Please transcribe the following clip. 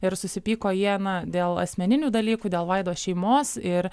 ir susipyko jie na dėl asmeninių dalykų dėl vaido šeimos ir